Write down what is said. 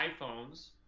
iPhones